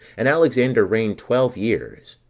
and alexander reigned twelve years,